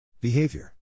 Behavior